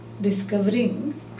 Discovering